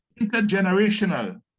intergenerational